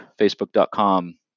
facebook.com